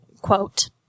quote